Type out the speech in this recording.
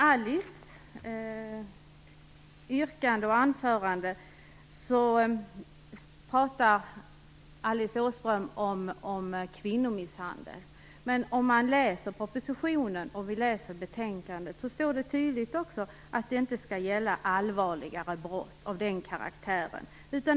Alice Åström talade om kvinnomisshandel. Men i propositionen och betänkandet står det tydligt att detta inte skall gälla allvarligare brott av den karaktären.